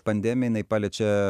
pandemija paliečia